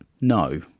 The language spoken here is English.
No